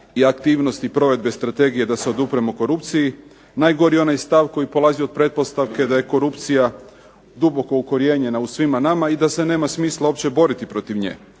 i aktivnosti provedbe strategije da se odupremo korupciji. Najgori je onaj stav koji polazi od pretpostavke da je korupcija duboko ukorijenjena u svima nama i da se nema smisla uopće boriti protiv nje.